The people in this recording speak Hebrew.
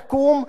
תקום,